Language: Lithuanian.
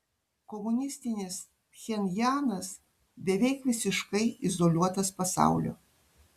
komunistinis pchenjanas beveik visiškai izoliuotas pasaulio